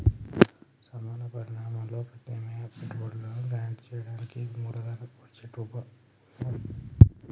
సమాన పరిమాణంలో ప్రత్యామ్నాయ పెట్టుబడులను ర్యాంక్ చేయడానికి ఇది మూలధన బడ్జెట్లో ఉపయోగించబడతాంది